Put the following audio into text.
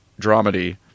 dramedy